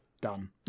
Done